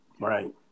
Right